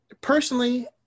personally